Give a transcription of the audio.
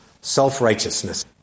self-righteousness